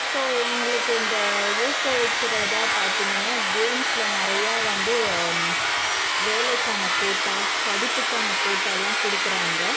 so எங்களுக்கு இந்த ஊக்குவிக்கிறதாக பார்த்தீங்கன்னா கேம்ஸ்சில் நிறையா வந்து வேலைக்கான கோட்டா படிப்புக்கான கோட்டாயெல்லாம் கொடுக்குறாங்க